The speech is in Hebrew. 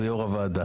זה יושב-ראש הוועדה.